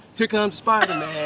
here comes spider-man!